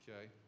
okay